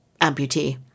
amputee